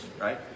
right